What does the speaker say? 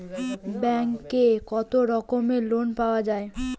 ব্যাঙ্কে কত রকমের লোন পাওয়া য়ায়?